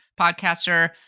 podcaster